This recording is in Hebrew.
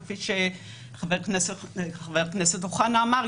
וכפי שחבר הכנסת אוחנה אמר,